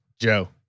Joe